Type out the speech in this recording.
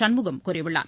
சண்முகம் கூறியுள்ளார்